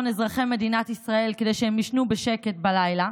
אזרחי מדינת ישראל כדי שהם יישנו בשקט בלילה.